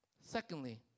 Secondly